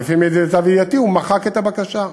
ולפי מיטב ידיעתי הוא מחק את הבקשה.